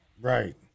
Right